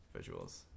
visuals